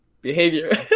behavior